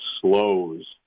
slows